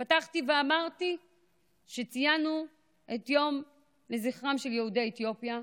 פתחתי ואמרתי שציינו את היום לזכרם של יהודי אתיופיה,